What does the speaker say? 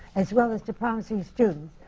as well as to promising students,